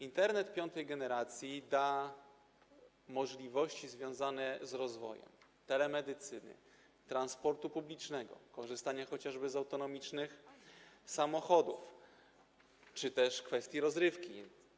Internet piątej generacji da możliwości związane z rozwojem telemedycyny, transportu publicznego, korzystaniem chociażby z autonomicznych samochodów czy też z kwestią rozrywki.